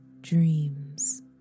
dreams